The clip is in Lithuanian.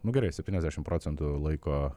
nu gerai septyniasdešim procentų laiko